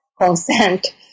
consent